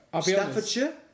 Staffordshire